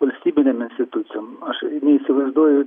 valstybinėm institucijom aš neįsivaizduoju